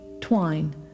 twine